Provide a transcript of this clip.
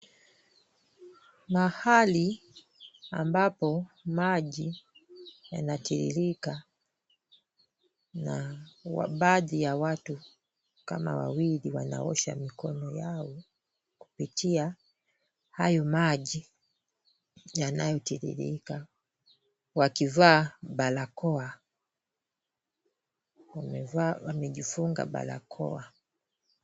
Mahali ambapo maji yanatiririka na baadhi ya watu kama wawili wanaosha mikono yao kupitia hayo maji yanayotiririka wakivaa barakoa, wamejifunga barakoa .